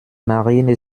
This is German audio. marine